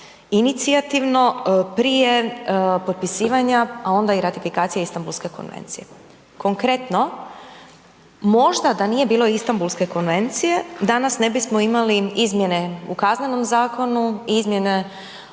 samoinicijativno prije potpisivanja, a onda i ratifikacije Istambulske konvencije. Konkretno, možda da nije bilo Istambulske konvencije danas ne bismo imali izmjene u Kaznenom zakonu i izmjene